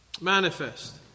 Manifest